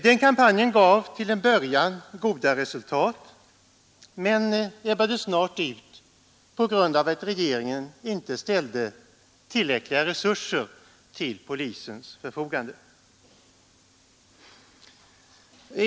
Den kampanjen gav till en början goda resultat men ebbade snart ut på grund av att regeringen inte ställde tillräckliga resurser till polisens förfogande.